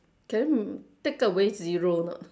can take away zero or not